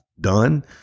done